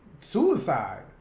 suicide